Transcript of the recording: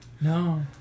no